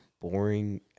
Boring